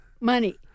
money